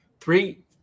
Three